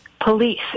police